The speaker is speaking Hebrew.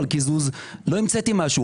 לא המצאתי משהו,